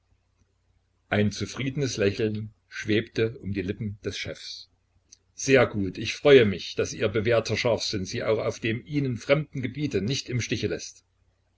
ein zufriedenes lächeln schwebte um die lippen des chefs sehr gut ich freue mich daß ihr bewährter scharfsinn sie auch auf dem ihnen fremden gebiete nicht im stich läßt